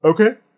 Okay